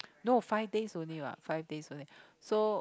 no five days only what five days so